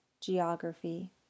geography